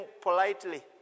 politely